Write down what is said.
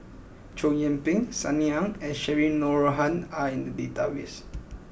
Chow Yian Ping Sunny Ang and Cheryl Noronha are in the database